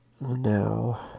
Now